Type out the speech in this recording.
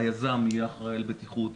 היזם יהיה אחראי על בטיחות,